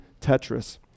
Tetris